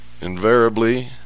invariably